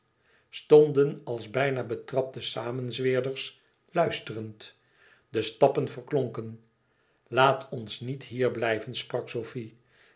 stonden als bijna betrapte samenzweerders luisterend de stappen verklonken laat ons niet hier blijven sprak sofie